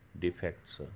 defects